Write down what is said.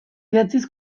idatziz